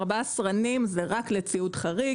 ארבעה סרנים זה רק לציוד חריג,